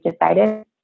decided